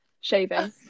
Shaving